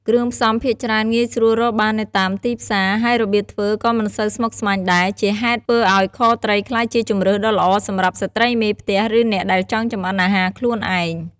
គ្រឿងផ្សំភាគច្រើនងាយស្រួលរកបាននៅតាមទីផ្សារ ហើយរបៀបធ្វើក៏មិនសូវស្មុគស្មាញដែរ ជាហេតុធ្វើឱ្យខត្រីក្លាយជាជម្រើសដ៏ល្អសម្រាប់ស្ត្រីមេផ្ទះ ឬអ្នកដែលចង់ចម្អិនអាហារខ្លួនឯង។